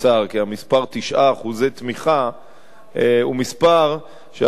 כי המספר 9% תמיכה הוא מספר שאמור היה